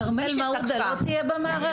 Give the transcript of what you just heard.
כרמל מעודה לא תהיה במערכת?